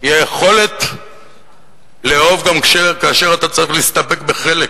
היא היכולת לאהוב גם כאשר אתה צריך להסתפק בחלק